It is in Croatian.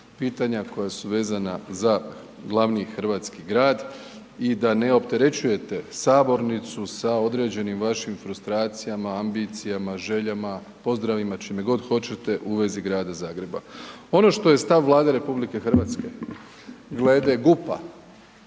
koja su vezana za glavni hrvatski grad i da ne opterećujete sabornicu sa određenim vašim frustracijama, ambicijama, željama, pozdravima, čime god hoćete u vezi grada Zagreba. Ono što je stav Vlade RH glede GUP-a